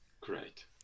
great